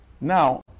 now